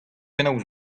penaos